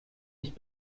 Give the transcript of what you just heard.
nicht